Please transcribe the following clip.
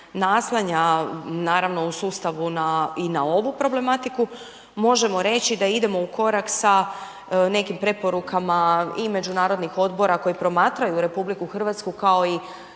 naslanja naravno u sustavu na i na ovu problematiku. Možemo reći da idemo u korak sa nekim preporukama i međunarodnih odbora koji promatraju RH kao i